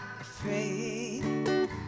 afraid